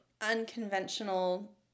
unconventional